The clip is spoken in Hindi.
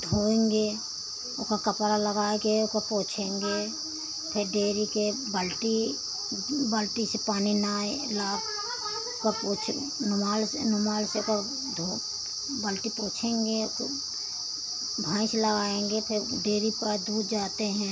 धोएँगे ओका कपड़ा लगाए के ओका पोछेंगे फिर डेरी के बल्टी बाल्टी से पानी न आए ला का पोछे रूमाल से रूमाल से ओका धो बल्टी पोछेंगे तो भईंस लगाएँगे फिर डेरी पास दूध जाते हैं